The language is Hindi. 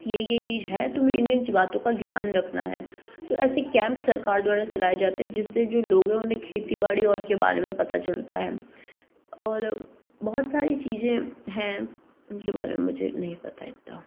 ये ये चीज हैं तुम्हें इन कुछ बातों का ध्यान रखना है तो ऐसे कैम्प सरकार द्वारा चलाए जाते हैं जिससे जो लोगों ने खेती बाड़ी और उसके बारे में पता चलता है और बहुत सारी चीज़ें हैं उनके बारे में मुझे नहीं पता है इतना